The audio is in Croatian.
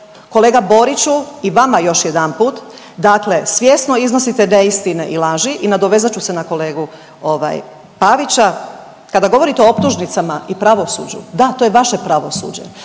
Kolega Boriću i vama još jedanput, dakle svjesno iznosite neistine i laži i nadovezat ću se na kolegu Pavića. Kada govorite o optužnicama i pravosuđu, da to je vaše pravosuđe.